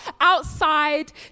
outside